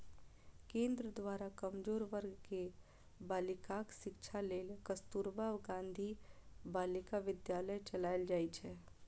केंद्र द्वारा कमजोर वर्ग के बालिकाक शिक्षा लेल कस्तुरबा गांधी बालिका विद्यालय चलाएल जाइ छै